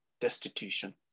destitution